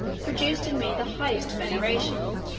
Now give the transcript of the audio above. produced in me the highest veneration.